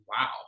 wow